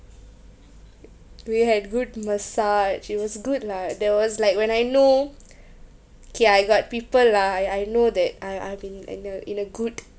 we had good massage it was good lah there was like when I know kay I got people lah I I know that I I've been in a in a good